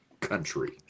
country